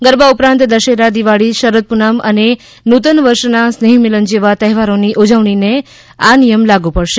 ગરબા ઉપરાંત દશેરા દિવાળી શરદ પૂનમ અને નૂતન વર્ષ ના સ્નેહમિલન જેવા તહેવારોની ઉજવણીને પણ આ નિયમ લાગુ પડશે